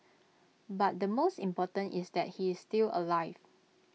but the most important is that he is still alive